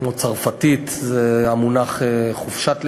כמו צרפתית, זה המונח, חופשת לידה.